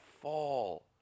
fall